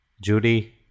Judy